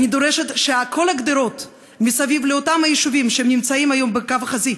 אני דורשת שכל הגדרות מסביב לאותם היישובים שנמצאים היום בקו החזית,